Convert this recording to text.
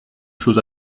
chose